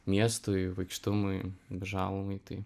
miestui vaikštumui žalumai tai